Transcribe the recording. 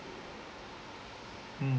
mm